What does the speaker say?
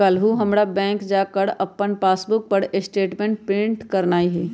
काल्हू हमरा बैंक जा कऽ अप्पन पासबुक पर स्टेटमेंट प्रिंट करेनाइ हइ